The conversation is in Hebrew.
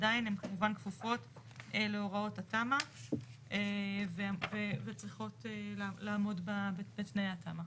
עדיין הן כמובן כפופות להוראות התמ"א וצריכות לעמוד בתנאי התמ"א.